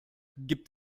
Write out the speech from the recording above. gibt